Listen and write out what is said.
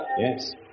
Yes